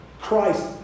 Christ